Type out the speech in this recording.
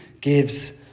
gives